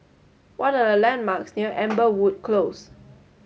what are the landmarks near Amberwood Close